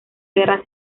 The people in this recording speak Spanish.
guerra